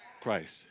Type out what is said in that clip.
Christ